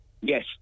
Yes